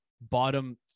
bottom